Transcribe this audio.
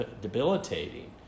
debilitating